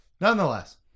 Nonetheless